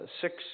six